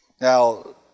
Now